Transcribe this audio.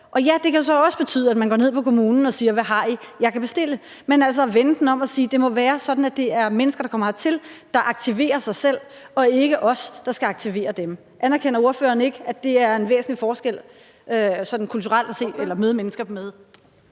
Og ja, det kan jo så også betyde, at man går ned på kommunen og spørger: Hvad har I, som jeg kan bestille? Men vi vender det altså om og siger, at det må være sådan, at det er mennesker, der kommer hertil, der aktiverer sig selv, og ikke os, der skal aktivere dem. Anerkender ordføreren ikke, at det sådan kulturelt set er en væsentlig